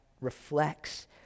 reflects